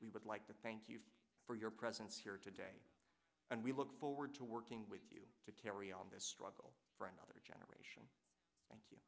we would like to thank you for your presence here today and we look forward to with you to carry on this struggle for another generation thank you